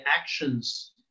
actions